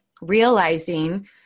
Realizing